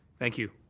thank you,